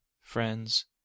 friends